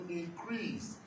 increase